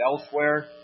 elsewhere